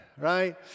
right